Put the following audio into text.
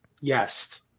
yes